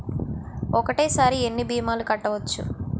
ఒక్కటేసరి ఎన్ని భీమాలు కట్టవచ్చు?